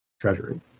Treasury